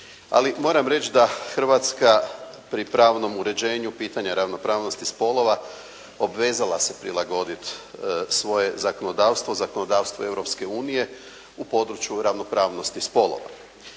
Ali moram reći da Hrvatska pri pravnom uređenju pitanja ravnopravnosti spolova obvezala se prilagoditi svoje zakonodavstvo zakonodavstvu Europske unije u području ravnopravnosti spolova.